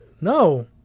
No